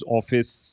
office